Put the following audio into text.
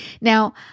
Now